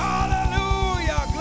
Hallelujah